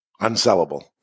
Unsellable